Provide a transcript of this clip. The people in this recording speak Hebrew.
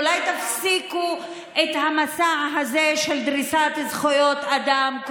אולי תפסיקו את המסע הזה של דריסת זכויות אדם,